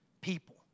people